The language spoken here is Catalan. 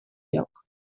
lloc